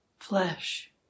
flesh